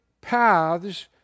paths